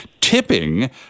Tipping